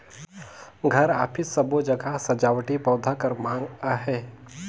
घर, अफिस सबो जघा सजावटी पउधा कर माँग अहे